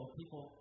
people